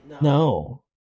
No